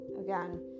again